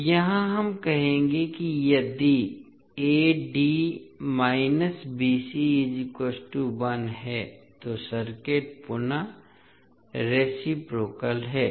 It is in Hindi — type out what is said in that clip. तो यहां हम कहेंगे कि यदि है तो सर्किट पुनः रेसिप्रोकाल है